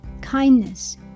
kindness